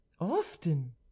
often